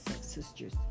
sisters